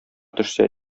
төшсә